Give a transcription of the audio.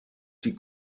die